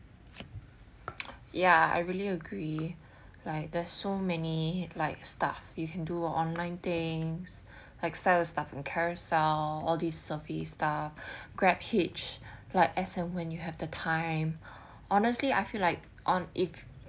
ya I really agree like there's so many like stuff you can do online things like sell your stuff on carousell all these survey stuff grab hitch like as and when you have the time honestly I feel like on if